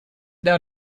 now